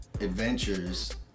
adventures